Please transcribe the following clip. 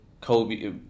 Kobe